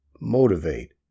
motivate